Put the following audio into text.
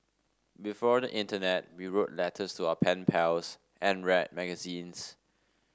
before the internet we wrote letters to our pen pals and read magazines